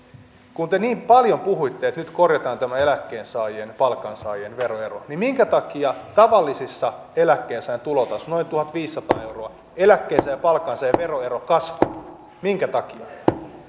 kun te niin paljon puhuitte että nyt korjataan tämä eläkkeensaajien palkansaajien veroero niin minkä takia tavallisissa eläkkeensaajien tulotasoissa noin tuhatviisisataa euroa eläkkeensaajien ja palkansaajien veroero kasvaa minkä takia